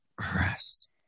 rest